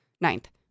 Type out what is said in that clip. Ninth